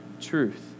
truth